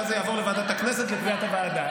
ואז זה יעבור לוועדת הכנסת לקביעת הוועדה.